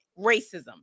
racism